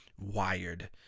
wired